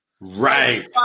Right